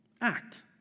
act